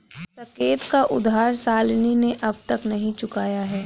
साकेत का उधार शालिनी ने अब तक नहीं चुकाया है